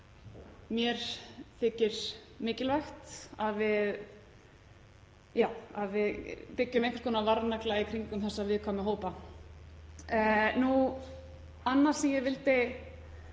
Mér þykir mikilvægt að við setjum einhverja varnagla í kringum þessa viðkvæmu hópa. Annað sem ég vildi